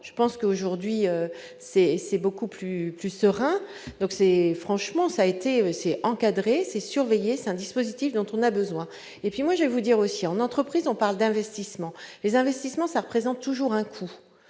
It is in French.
je pense qu'aujourd'hui c'est : c'est beaucoup plus serein, donc c'est franchement, ça a été, c'est encadré c'est surveillé, c'est un dispositif dont on a besoin et puis moi je vais vous dire aussi en entreprise, on parle d'investissements, les investissements, ça représente toujours un coût,